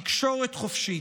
תקשורת חופשית,